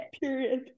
period